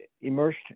immersed